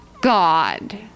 God